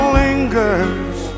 lingers